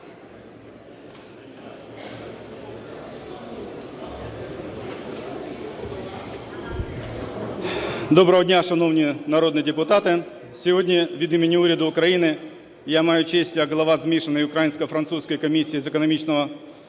Доброго дня, шановні народні депутати! Сьогодні від імені уряду України я маю честь як голова змішаної українсько-французької комісії з економічного